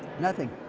nothing,